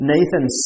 Nathan